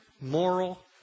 moral